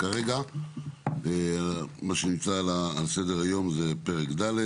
כרגע מה שהנמצא על סדר-היום הוא פרק ד',